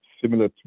similar